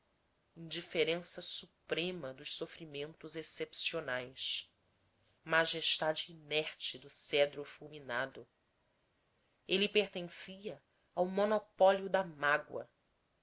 indiferença suprema dos sofrimentos excepcionais majestade inerte do cedro fulminado ele pertencia ao monopólio da mágoa